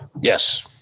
Yes